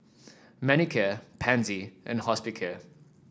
Manicare Pansy and Hospicare